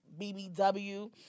BBW